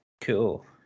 Cool